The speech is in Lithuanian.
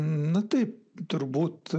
nu taip turbūt